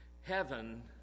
Heaven